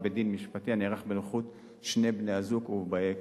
בדיון משפטי הנערך בנוכחות שני בני-הזוג ובאי-כוחם.